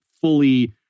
fully